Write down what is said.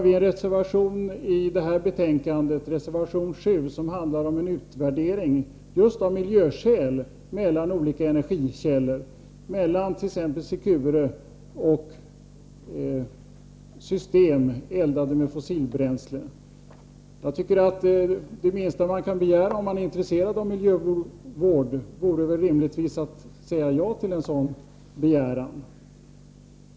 I reservation 7 till det här betänkandet föreslår vi att riksdagen skall begära en utvärdering, just av miljöskäl, som innebär jämförelser mellan olika energikällor, t.ex. mellan Secure-reaktorer och system eldade med fossila bränslen. Det minsta som kan begäras om man är intresserad av miljövård vore rimligtvis att man sade ja till en sådan framställning.